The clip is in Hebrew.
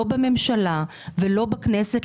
לא בממשלה ולא בכנסת,